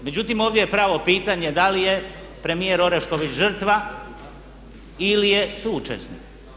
Međutim, ovdje je pravo pitanje da li je premijer Orešković žrtva ili je suučesnik?